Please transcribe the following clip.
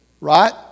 right